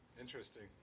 interesting